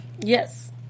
Yes